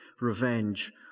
revenge